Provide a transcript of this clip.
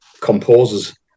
composers